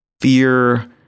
Fear